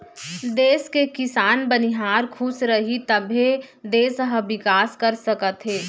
देस के किसान, बनिहार खुस रहीं तभे देस ह बिकास कर सकत हे